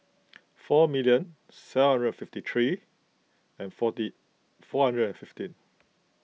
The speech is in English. four million seven hundred fifty three and forty four hundred and fifteen